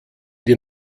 die